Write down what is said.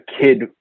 kid